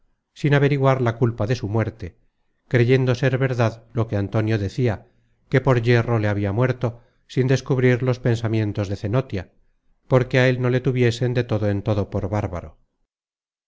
sin averiguar la culpa de su muerte creyendo ser verdad lo que antonio decia que por yerro le habia muerto sin descubrir los pensamientos de cenotia porque á él no le tuviesen de todo en todo por bárbaro